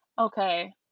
Okay